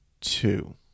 two